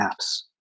apps